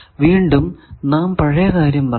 വീണ്ടും നാം പഴയ കാര്യം പറയുന്നു